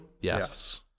Yes